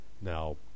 Now